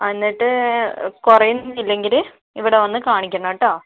ആ എന്നിട്ട് കുറയുന്നില്ലെങ്കില് ഇവടെ വന്ന് കാണിക്കണം കെട്ടോ